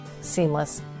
seamless